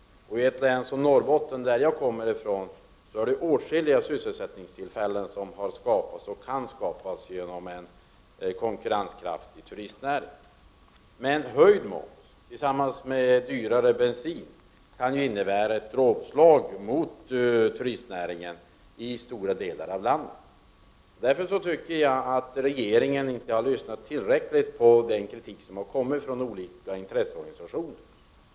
I ett län som Norrbotten, som jag kommer ifrån, har åtskilliga sysselsättningstillfällen skapats och flera kan skapas genom en konkurrenskraftig turistnäring. Höjd moms tillsammans med dyrare bensin kan innebära ett dråpslag mot turistnäringen i stora delar av landet. Därför tycker jag att regeringen inte har lyssnat tillräckligt på den kritik som har kommit från olika intresseorganisationer.